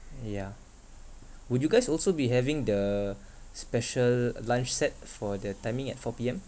yeah would you guys also be having the special uh lunch set for the timing at four P_M